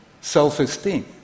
self-esteem